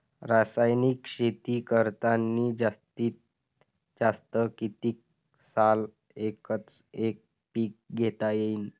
रासायनिक शेती करतांनी जास्तीत जास्त कितीक साल एकच एक पीक घेता येईन?